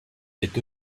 est